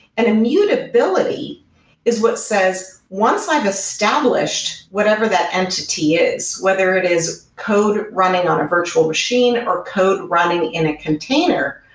an immutability is what says, once i've established whatever that entity is, whether it is code running on a virtual machine or code running in a container,